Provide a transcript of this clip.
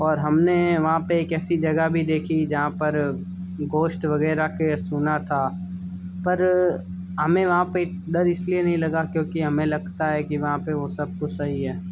और हमने वहाँ पे एक ऐसी जगह भी देखी जहाँ पर घोष्ट वगैरह के सुना था पर हमें वहाँ पे डर इसलिए नहीं लगा क्योंकि हमें लगता है कि वहाँ पे वो सब कुछ सही है